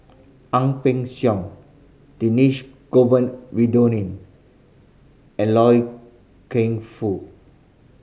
Ang Peng Siong Dhershini Govin Winodan and Loy Keng Foo